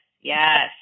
yes